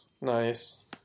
nice